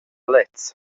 lez